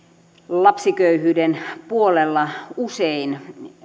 lapsiköyhyyden puolella usein